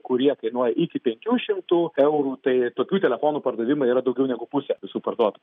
kurie kainuoja iki penkių šimtų eurų tai tokių telefonų pardavimai yra daugiau negu pusė visų parduotų